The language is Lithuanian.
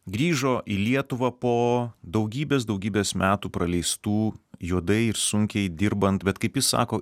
grįžo į lietuvą po daugybės daugybės metų praleistų juodai ir sunkiai dirbant bet kaip jis sako